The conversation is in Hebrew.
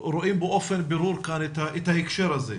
שרואים באופן ברור כאן את ההקשר הזה.